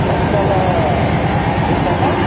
भाजीपाला फ्रेश आहे ना